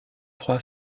trois